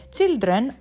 Children